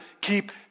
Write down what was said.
keep